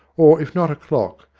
or, if not a clock,